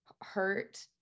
hurt